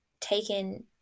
taken